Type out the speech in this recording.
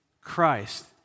Christ